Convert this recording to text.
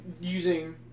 using